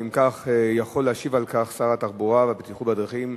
ואם כך יכול להשיב על כך שר התחבורה והבטיחות בדרכים,